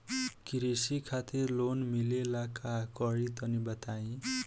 कृषि खातिर लोन मिले ला का करि तनि बताई?